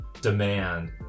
demand